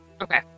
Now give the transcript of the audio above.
Okay